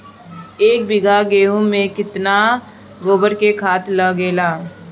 एक बीगहा गेहूं में केतना गोबर के खाद लागेला?